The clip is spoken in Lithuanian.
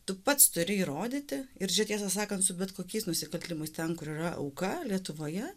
tu pats turi įrodyti ir tiesą sakant su bet kokiais nusikaltimus ten kur yra auka lietuvoje